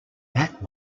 that